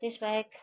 त्यस बाहेक